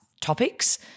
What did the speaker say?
topics